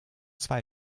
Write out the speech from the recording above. zwei